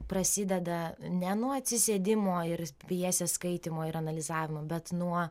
prasideda ne nuo atsisėdimo ir pjesės skaitymo ir analizavimo bet nuo